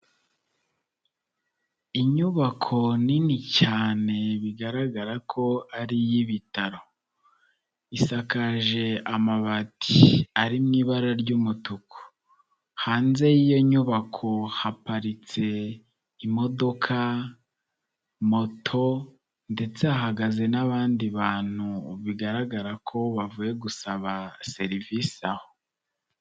Inyubako nini cyane bigaragara ko ari iy'ibitaro, isakaje amabati ari mu ibara ry'umutuku, hanze y'iyo nyubako haparitse imodoka, moto ndetse hahagaze n'abandi bantu bigaragara ko bavuye gusaba serivisi aho.